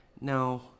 no